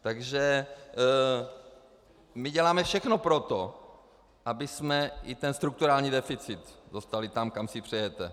Takže my děláme všechno pro to, abychom i ten strukturální deficit dostali tam, kam si přejete.